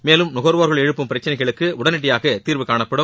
மேலும் நுகர்வோர்கள் எழுப்பும் பிரச்சனைகளுக்கு உடனடியாக தீர்வுகாணப்படும்